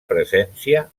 presència